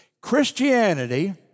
Christianity